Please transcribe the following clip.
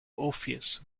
orpheus